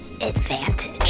advantage